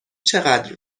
چقدر